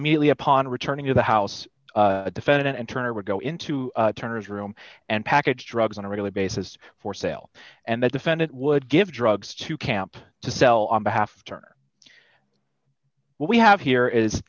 immediately upon returning to the house defendant and turner would go into turner's room and package drugs on a regular basis for sale and the defendant would give drugs to camp to sell on behalf of turner what we have here is